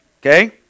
Okay